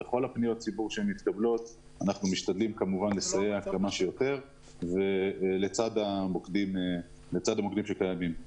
אנחנו משתדלים לסייע כמה שיותר לצד המוקדים שקיימים.